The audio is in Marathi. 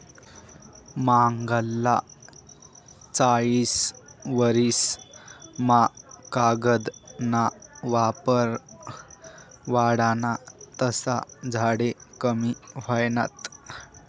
मांगला चायीस वरीस मा कागद ना वापर वाढना तसा झाडे कमी व्हयनात